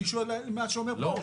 אני שואל על מה שאומר פרוש.